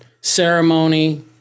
ceremony